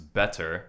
better